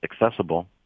accessible